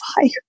fire